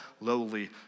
lowly